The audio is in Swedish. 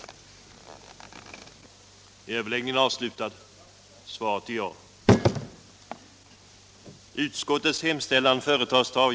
den det ej vill röstar nej.